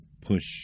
push